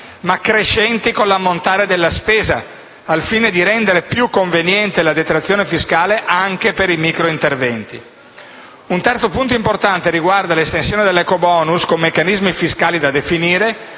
ma crescenti con l'ammontare della spesa, al fine di rendere più conveniente la detrazione fiscale anche per i micro-interventi. Un terzo punto importante riguarda l'estensione dell'ecobonus, con meccanismi fiscali da definire,